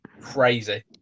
crazy